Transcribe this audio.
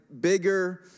bigger